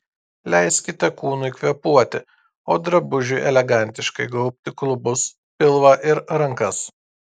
leiskite kūnui kvėpuoti o drabužiui elegantiškai gaubti klubus pilvą ir rankas